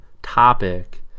topic